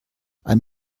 ein